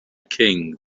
king